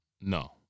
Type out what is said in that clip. no